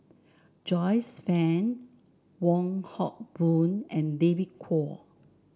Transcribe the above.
Joyce Fan Wong Hock Boon and David Kwo